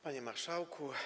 Panie Marszałku!